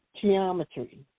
geometry